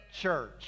church